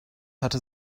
hatte